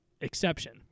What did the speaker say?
exception